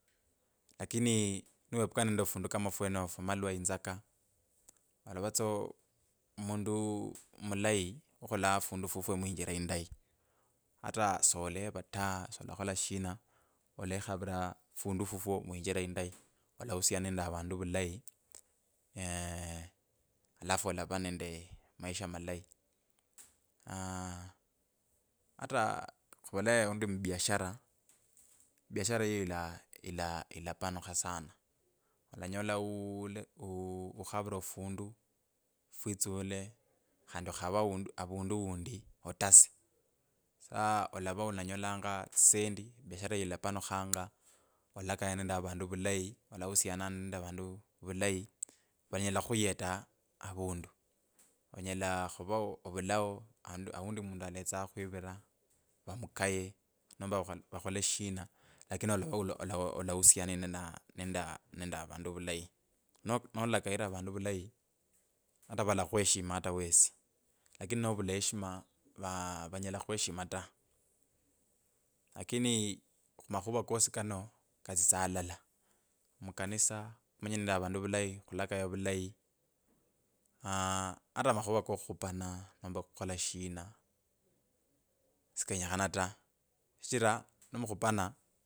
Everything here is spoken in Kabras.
Lakini niwepukana nende fundu kama ofwenofu amalwa, inzaka alava tso mundu mulayi ukholaa fundu fufwe muinjira indai, ata soleva ta solakhola shina olekhavira fundu fufwe muinjira indai, olahusiana nende avandu vulayi eeeh alafu alavu nende amaisha malayi aaah ata khuvole aundi mubiashara, biashara yiyo ila ila ilapanukha sana, olanyola uuu ukhavire ofundu fwitsule khandi okhave avundu undi atase sa olava olanyola tsisendi biashara yiyo ilapanukhanga olalakanyanga nende avundu vulayi olahusiana nende avandu vulayi,, vanyala khuyeta avundu, onyela khuvaa ovulao andu aundi mundu aletsa khukhwivira vamukanye nomba vakhole shina lakini olava ola ola olahusiana na nende nende aa nende avandu vulayi. No nolakayira avandu vulayi, ata valakhueshima ata wesi, lakini novula heshima va vanyela khueshima ta. Lakini khumakhuva kodi kano katsitsa alala, mukanisa, khumenya nende avandu vulayi khulakaya valai aaah ata amakhuva kokhupana nomba shina, sikenyekhana ta shichira ni mukhupana.